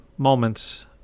moments